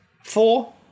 Four